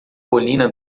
colina